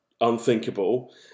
unthinkable